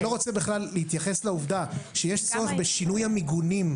אני לא רוצה בכלל להתייחס לעובדה שיש צורך בשינוי המיגונים.